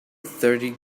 thirty